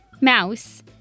Mouse